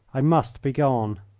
i must be gone.